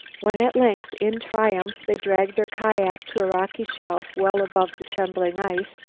when, at length, in triumph, they dragged their kiak to a rocky shelf well above the trembling ice,